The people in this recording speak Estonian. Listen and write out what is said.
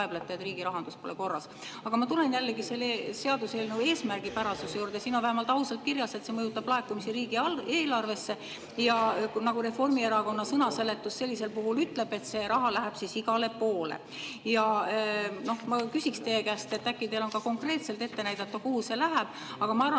ma tulen jällegi selle seaduseelnõu eesmärgipärasuse juurde. Siin on vähemalt ausalt kirjas, et see mõjutab laekumisi riigieelarvesse. Nagu Reformierakonna sõnaseletus sellisel puhul ütleb, [see tähendab,] et see raha läheb igale poole. Ma küsiksin teie käest, et äkki teil on konkreetselt ette näidata, kuhu see läheb. Aga ma arvan,